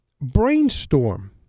brainstorm